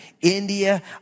India